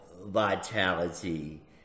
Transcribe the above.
vitality